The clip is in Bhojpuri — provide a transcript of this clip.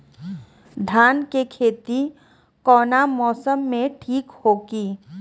धान के खेती कौना मौसम में ठीक होकी?